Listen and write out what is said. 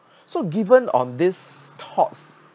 so given on these thoughts